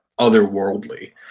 otherworldly